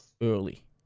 early